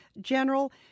General